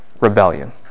Rebellion